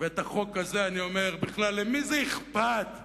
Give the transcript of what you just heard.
ואני אומר, בכלל למי זה אכפת הבן-אדם,